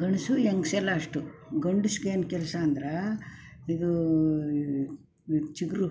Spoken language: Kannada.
ಗಂಡಸು ಹೆಂಗ್ಸೆಲ್ಲ ಅಷ್ಟು ಗಂಡ್ಸಿಗೆ ಏನು ಕೆಲಸ ಅಂದ್ರೆ ಇದೂ ಈ ಚಿಗುರು